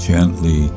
Gently